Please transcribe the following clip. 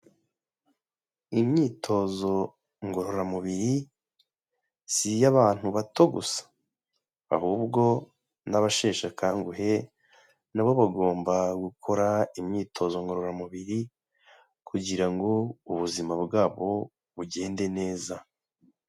Imyitozo ngororamubiri si iy'abantu bato gusa, ahubwo n'abasheshe akanguhe nabo bagomba gukora imyitozo ngororamubiri kugira ngo ubuzima bwabo bugende neza.